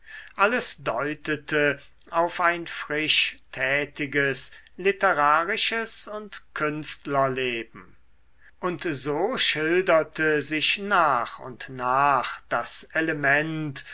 alles deutete auf ein frisch tätiges literarisches und künstlerleben und so schilderte sich nach und nach das element